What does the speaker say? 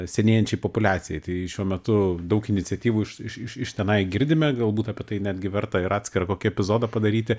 senėjančiai populiacijai tai šiuo metu daug iniciatyvų iš iš iš tenai girdime galbūt apie tai netgi verta ir atskirą kokį epizodą padaryti